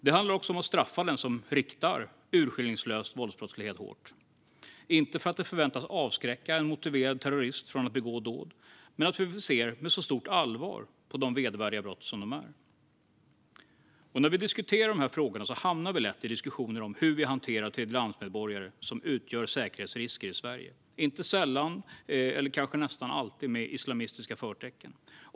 Det handlar också om att straffa den som begår urskillningslösa våldsbrott hårt - inte för att det förväntas avskräcka en motiverad terrorist från att begå dåd utan för att vi ser med så stort allvar på de vedervärdiga brott det rör sig om. När vi diskuterar de här frågorna hamnar vi lätt i diskussioner om hur vi hanterar tredjelandsmedborgare som utgör säkerhetsrisker i Sverige - inte sällan, eller kanske nästan alltid, med islamistiska förtecken.